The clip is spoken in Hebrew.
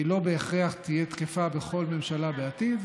היא לא בהכרח תהיה תקפה בכל ממשלה בעתיד,